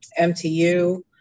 MTU